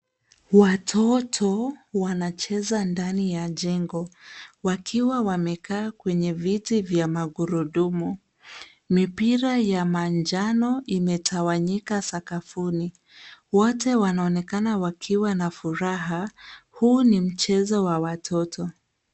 Watoto wanacheza ndani ya jengo wakiwa wamekaa kwenye viti vya magurudumu. Mipira ya manjano imetawanyika sakafuni. Wote wanaonekana wakiwa na furaha. Huu ni mchezo wa watoto.